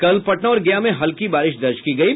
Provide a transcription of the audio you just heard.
कल पटना और गया में हल्की बारिश दर्ज की गयी